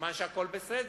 סימן שהכול בסדר.